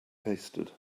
tasted